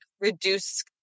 reduce